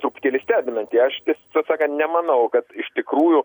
truputėlį stebinanti aš tiesą sakant nemanau kad iš tikrųjų